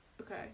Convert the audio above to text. Okay